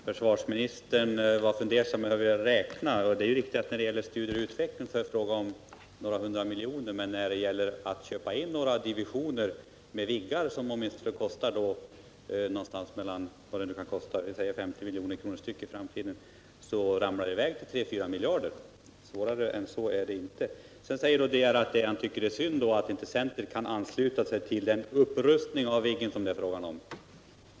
Herr talman! Försvarsministern var fundersam över hur jag räknar. Det är riktigt att det för studier och utveckling är fråga om en kostnad på några hundra miljoner. Men för inköp av några divisioner av Viggenplan, som kostar kanske 50 milj.kr. per styck i framtiden, uppgår utgiften till totalt kanske 34 miljarder. Lars De Geer tycker då att det är synd att centern inte kan ansluta sig till den upprustning av Viggen som det är fråga om.